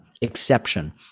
exception